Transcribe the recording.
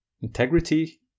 Integrity